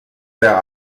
der